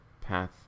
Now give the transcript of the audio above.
path